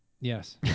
Yes